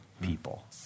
people